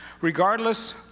regardless